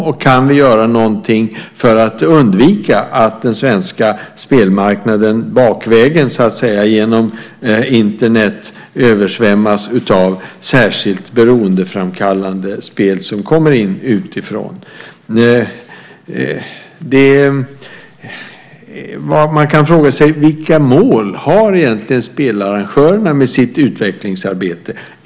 Och kan vi göra någonting för att undvika att den svenska spelmarknaden bakvägen så att säga genom Internet översvämmas av särskilt beroendeframkallande spel som kommer in utifrån? Man kan fråga: Vilka mål har egentligen spelarrangörerna med sitt utvecklingsarbete?